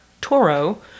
Toro